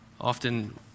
often